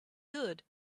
good